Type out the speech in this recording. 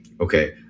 okay